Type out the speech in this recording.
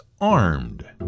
armed